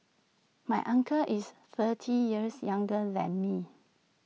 my uncle is thirty years younger than me